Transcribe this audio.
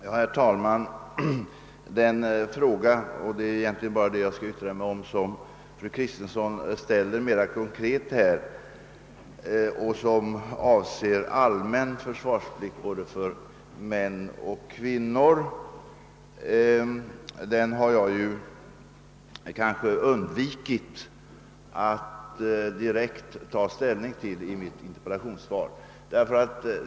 Herr talman! Den fråga — och det är egentligen endast den jag skall yttra mig om — som fru Kristensson ställer mera konkret och som avser allmän försvarsplikt för både män och kvinnor har jag möjligen undvikit att direkt ta ställning till i mitt interpellationssvar.